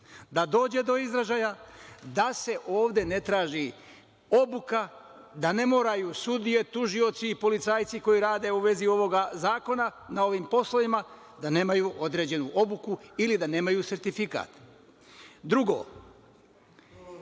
da dođe do izražaja, da se ovde ne traži obuka, da ne moraju sudije, tužioci i policajci koji rade u vezi ovoga zakona, na ovim poslovima, da nemaju određenu obuku ili da nemaju sertifikat? Drugo,